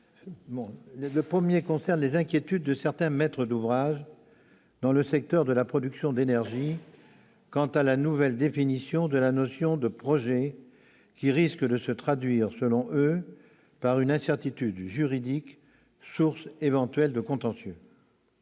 Le premier concerne les inquiétudes de certains maîtres d'ouvrage, dans le secteur de la production d'énergie, quant à la nouvelle définition de la notion de « projet », qui risque de se traduire, selon eux, par une incertitude juridique, source éventuelle de contentieux.